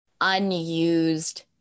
unused